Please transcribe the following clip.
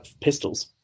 pistols